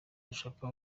dushaka